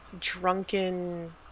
drunken